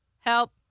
help